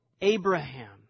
Abraham